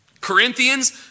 Corinthians